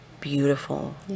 beautiful